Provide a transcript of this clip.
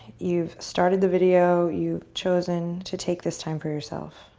you've started the video. you've chosen to take this time for yourself.